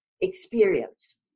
experience